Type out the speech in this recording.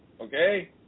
okay